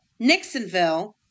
Nixonville